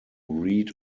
read